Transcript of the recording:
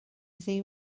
ddi